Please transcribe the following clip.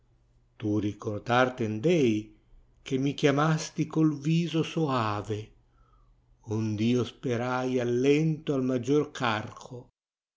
tu ricordar ten dei che mi chiamasti col viso soave oad io sperai allento al maggior carco